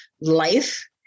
life